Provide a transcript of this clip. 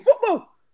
football